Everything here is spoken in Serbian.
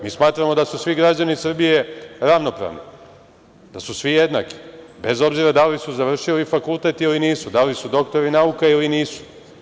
Mi smatramo da su svi građani Srbije ravnopravni, da su svi jednaki, bez obzira da li su završili fakultet, ili nisu, da li su doktori nauka, ili nisu.